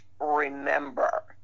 remember